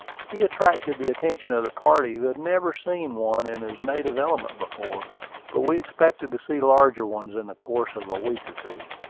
he attracted the attention of the party, who had never seen one in his native element before but we expected to see larger ones in the course of a week or two.